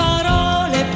Parole